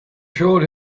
showed